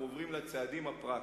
אנחנו עוברים לצעדים הפרקטיים: